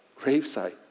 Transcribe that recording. gravesite